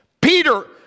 Peter